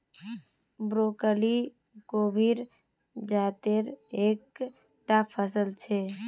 broccoli गोभीर जातेर एक टा फसल छे